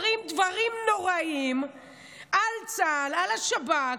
אומרים דברים נוראיים על צה"ל ועל השב"כ.